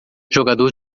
jogador